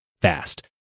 fast